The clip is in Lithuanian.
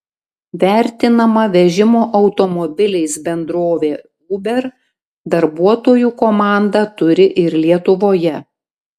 vertinama vežimo automobiliais bendrovė uber darbuotojų komandą turi ir lietuvoje